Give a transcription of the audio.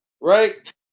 Right